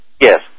Yes